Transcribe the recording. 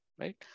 Right